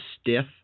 stiff